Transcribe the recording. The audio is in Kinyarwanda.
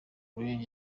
ryan